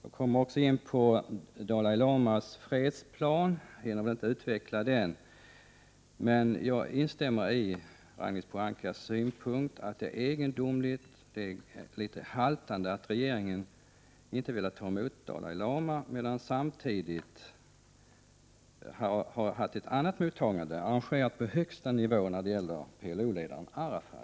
Jag vill också komma in på Dalai lamas fredsplan — jag hinner väl inte utveckla det, men jag instämmer i Ragnhild Pohankas synpunkt, att det är litet haltande att regeringen inte velat ta emot Dalai lama men samtidigt har gjort ett annat mottagande, arrangerat på högsta nivå, nämligen av PLO-ledaren Arafat.